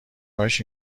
کاش